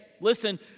Listen